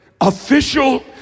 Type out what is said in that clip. official